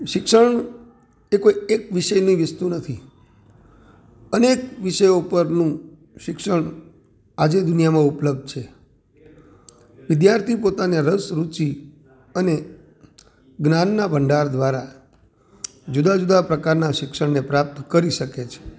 શિક્ષણ એ કોઈ એક વિષયની વસ્તુ નથી અનેક વિષયો ઉપરનું શિક્ષણ આજે દુનિયામાં ઉપલબ્ધ છે વિદ્યાર્થી પોતાને રસ રૂચી અને જ્ઞાનના ભંડાર દ્વારા જુદા જુદા પ્રકારના શિક્ષણને પ્રાપ્ત કરી શકે છે